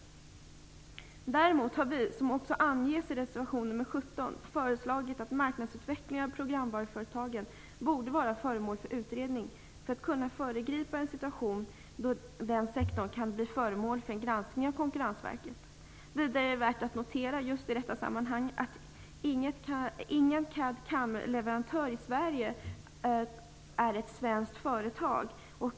Däremot har vi, vilket också anges i reservation nr 17, föreslagit att marknadsutvecklingen för programvaruföretagen borde vara föremål för utredning så att man kan föregripa en situation då denna sektor kan bli föremål för granskning av Konkurrensverket. Vidare är det i detta sammanhang värt att notera att ingen CAD/CAM-leverantör i Sverige är ett svenskt företag.